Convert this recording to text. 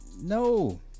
no